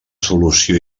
solució